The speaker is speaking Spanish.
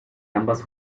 ambas